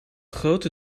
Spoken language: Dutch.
grote